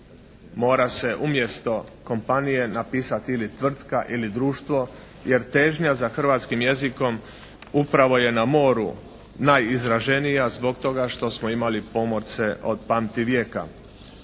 mora se umjesto kompanije napisati ili tvrtka ili društvo, jer težnja za hrvatskim jezikom upravo je na moru najizraženija zbog toga što smo imali pomorce od pamtivijeka.